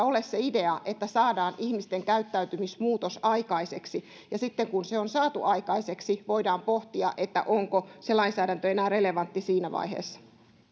ole se idea että saadaan ihmisten käyttäytymismuutos aikaiseksi ja sitten kun se on saatu aikaiseksi voidaan pohtia onko se lainsäädäntö enää relevantti siinä vaiheessa